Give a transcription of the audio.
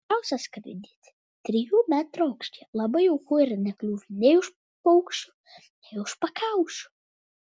geriausia skraidyti trijų metrų aukštyje labai jauku ir nekliūvi nei už paukščių nei už pakaušių